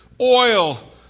Oil